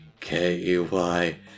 K-E-Y